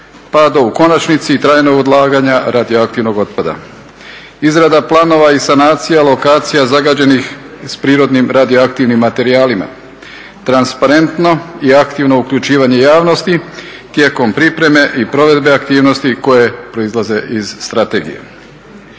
pa do u konačnici i trajnog odlaganja radioaktivnog otpada, izrada planova i sanacija lokacija zagađenih s prirodnim radioaktivnim materijalima, transparentno i aktivno uključivanje javnosti tijekom pripreme i provedbe aktivnosti koje proizlaze iz strategije.